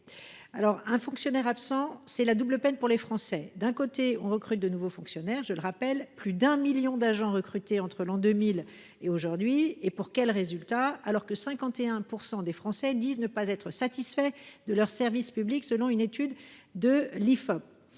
Un fonctionnaire absent, c’est la double peine pour les Français. D’un côté, on recrute de nouveaux fonctionnaires : je rappelle que plus d’un million d’agents ont été recrutés entre l’an 2000 et aujourd’hui. Et pour quels résultats, alors que 51 % des Français disent ne pas être satisfaits de leurs services publics, selon une étude de l’Ifop,